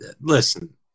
listen